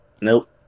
Nope